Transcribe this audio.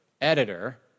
editor